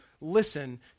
listen